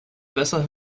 besser